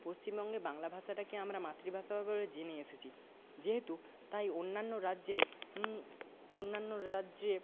পশ্চিমবঙ্গে বাংলা ভাষাটাকে আমরা মাতৃভাষা ব্যাপারে জেনে এসেছি যেহেতু তাই অন্যান্য রাজ্যে অন্যান্য রাজ্যে